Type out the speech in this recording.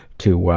to ah,